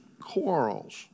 quarrels